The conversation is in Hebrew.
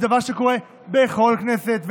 זה דבר שקורה בכל כנסת,